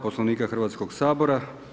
Poslovnika Hrvatskog sabora.